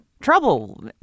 trouble